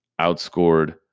outscored